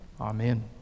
Amen